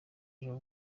ejo